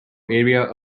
area